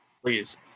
Please